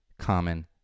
common